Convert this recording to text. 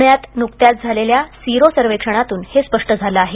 पुण्यात नुकत्याच झालेल्या सिरो सर्वेक्षणातून हे स्पष्ट झालं आहे